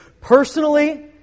personally